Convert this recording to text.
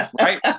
right